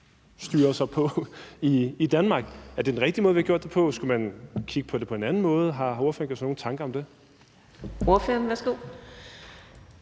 – på i Danmark? Er det den rigtige måde, vi har gjort det på? Skulle man kigge det på det på en anden måde? Har ordføreren gjort sig nogen tanker om det? Kl.